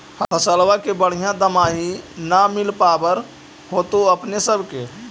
फसलबा के बढ़िया दमाहि न मिल पाबर होतो अपने सब के?